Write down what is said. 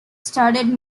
started